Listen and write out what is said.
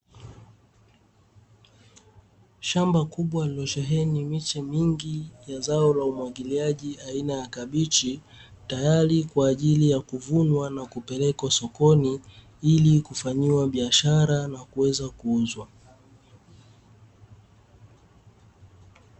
Shamba kubwa lililosheheni miche mingi ya zao la umwagiliaji aina ya kabichi tayari kwa ajili ya kuvunwa na kupelekwa sokoni ili kufanyiwa biashara na kuweza kuuzwa.